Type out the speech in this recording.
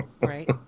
right